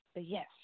yes